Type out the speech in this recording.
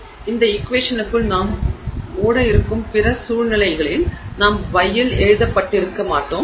எனவே இந்த ஈக்வேஷனுக்குள் நாம் ஓடயிருக்கும் பிற சூழ்நிலைகளில் நாம் γ இல் எழுதப்பட்டிருக்க மாட்டோம்